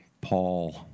Paul